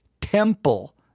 temple